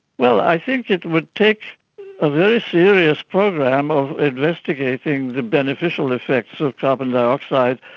well, i think it would take a very serious program of investigating the beneficial effects of carbon dioxide,